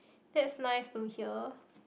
that's nice to hear